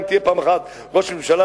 אם תהיה פעם ראש ממשלה,